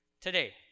Today